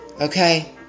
okay